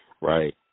right